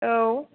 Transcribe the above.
औ